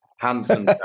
Handsome